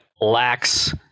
lacks